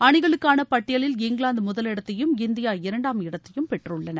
அணிகளுக்கான பட்டியலில் இங்கிலாந்து முதலிடத்தையும் இந்தியா இரண்டாம் இடத்தையும் பெற்றுள்ளன